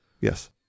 Yes